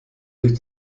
durch